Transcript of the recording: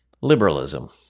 liberalism